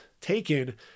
taken